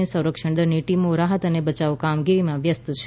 અને સંરક્ષણ દળની ટીમો રાહત અને બચાવ કામગીરીમાં વ્યસ્ત છે